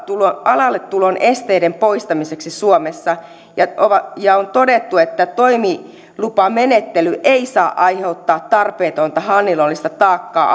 alalle tulon esteiden poistamiseksi suomessa ja on todettu että toimilupamenettely ei saa aiheuttaa tarpeetonta hallinnollista taakkaa